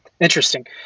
Interesting